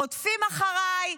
רודפים אחריי,